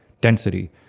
density